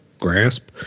grasp